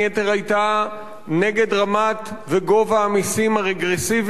היתה נגד רמת וגובה המסים הרגרסיביים,